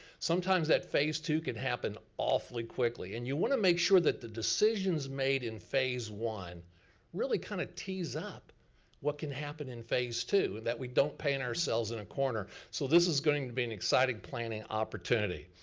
sometimes that phase two can happen awfully quickly, and you wanna make sure that the decisions made in phase one really kinda kind of tees up what can happen in phase two, that we don't paint ourselves in a corner. so this is going to be an exciting planning opportunity.